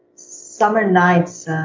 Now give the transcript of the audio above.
summer nights,